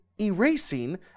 erasing